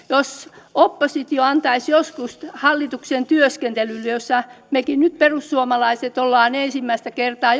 jos oppositio antaisi joskus jonkinlaista tunnustusta hallituksen työskentelylle jossa mekin perussuomalaiset nyt olemme ensimmäistä kertaa